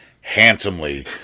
handsomely